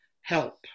help